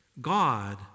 God